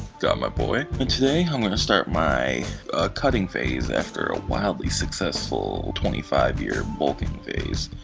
got my boy. and today i'm gonna start my cutting phase, after wildly successful twenty five year bolting phase.